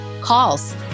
calls